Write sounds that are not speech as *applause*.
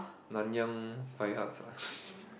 Nanyang Fine Arts ah *breath*